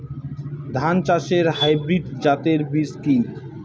ধান চাষের হাইব্রিড জাতের বীজ কি?